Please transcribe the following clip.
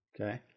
Okay